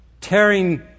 tearing